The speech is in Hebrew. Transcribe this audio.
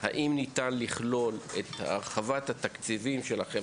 האם ניתן לכלול את הרחבת התקציבים שלכם.